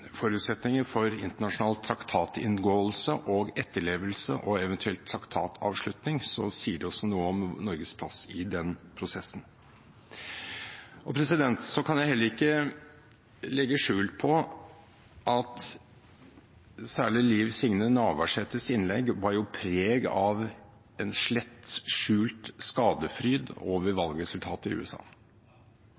forutsetninger for internasjonal traktatinngåelse og etterlevelse og eventuelt traktatavslutning, sier det jo også noe om Norges plass i den prosessen. Så kan jeg heller ikke legge skjul på at særlig Liv Signe Navarsetes innlegg bar preg av en slett skjult skadefryd over